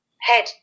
head